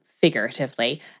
figuratively